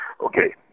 Okay